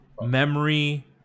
Memory